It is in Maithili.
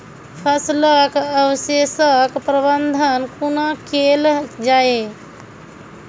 फसलक अवशेषक प्रबंधन कूना केल जाये?